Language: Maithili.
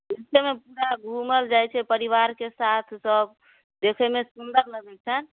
देखैमे पूरा घुमल जाए छै परिवारके साथ सब देखैमे सुन्दर लगै छै